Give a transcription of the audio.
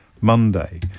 monday